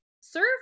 serve